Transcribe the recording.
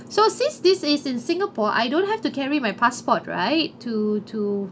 so since this is in singapore I don't have to carry my passport right to to